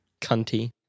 Cunty